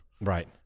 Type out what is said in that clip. Right